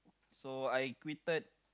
so I quitted